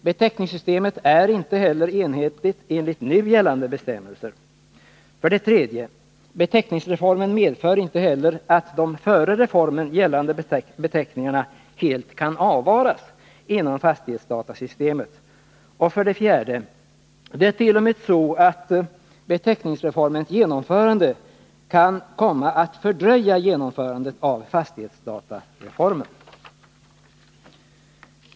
Beteckningssystemet är inte heller enhetligt enligt nu gällande bestäm-' 3. Beteckningsreformen medför inte heller att de före reformen gällande beteckningarna helt kan avvaras inom fastighetsdatasystemet. 4. Beteckningsreformens genomförande kan t.o.m. komma att fördröja genomförandet av fastighetsdatareformen.